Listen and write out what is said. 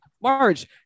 Marge